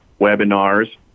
webinars